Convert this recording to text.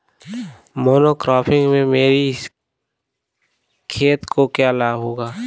Monocropping से मेरी खेत को क्या लाभ होगा?